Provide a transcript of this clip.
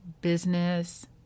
business